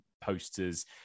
posters